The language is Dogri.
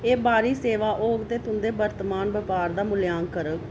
एह् बाह्री सेवा औग ते तुं'दे वर्तमान बपार दा मूल्यांकन करग